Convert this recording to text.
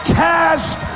cast